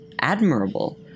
admirable